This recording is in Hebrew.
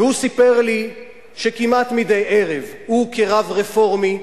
והוא סיפר לי שכמעט מדי ערב הוא, כרב רפורמי,